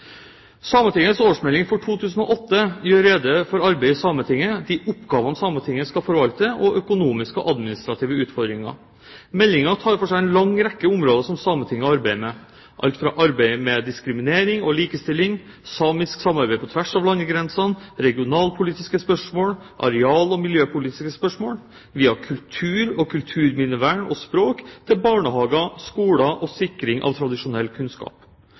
Sametingets årsmelding for 2008 gjør rede for arbeidet i Sametinget, de oppgavene Sametinget skal forvalte, og økonomiske og administrative utfordringer. Meldingen tar for seg en lang rekke områder som Sametinget arbeider med, alt fra arbeid med diskriminering og likestilling, samisk samarbeid på tvers av landegrensene, regionalpolitiske spørsmål, areal- og miljøpolitiske spørsmål, via kultur, kulturminnevern og språk, til barnehager, skoler og sikring av tradisjonell kunnskap.